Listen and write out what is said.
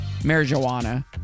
marijuana